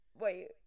wait